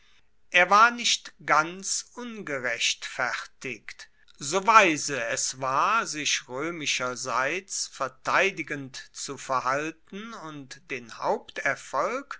er war nicht ganz ungerechtfertigt so weise es war sich roemischerseits verteidigend zu verhalten und den